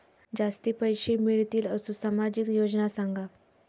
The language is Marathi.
जास्ती पैशे मिळतील असो सामाजिक योजना सांगा?